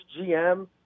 GM